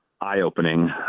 eye-opening